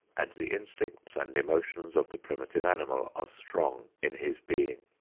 and the instincts and emotions of the primitive animal are strong in his being.